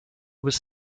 was